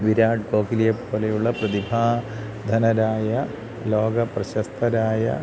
വിരാട് കോഹ്ലിയെ പോലെയുള്ള പ്രതിഭാധനരായ ലോകപ്രശസ്തരായ